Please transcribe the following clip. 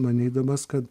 manydamas kad